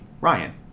Ryan